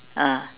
ah